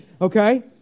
okay